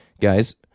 guys